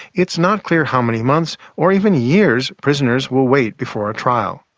it's not clear how many months, or even years, prisoners will wait before a trial.